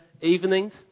evenings